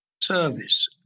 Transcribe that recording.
service